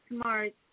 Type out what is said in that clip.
Smart